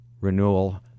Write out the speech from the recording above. renewal